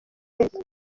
kwezi